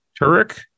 Turek